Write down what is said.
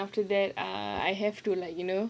then after that uh I have to like you know